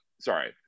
sorry